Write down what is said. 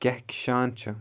کَہکشان چھُ